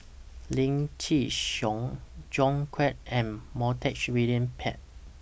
Lim Chin Siong John Clang and Montague William Pett